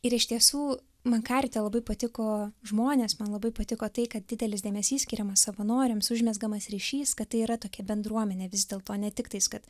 ir iš tiesų man karite labai patiko žmonės man labai patiko tai kad didelis dėmesys skiriamas savanoriams užmezgamas ryšys kad tai yra tokia bendruomenė vis dėlto ne tiktais kad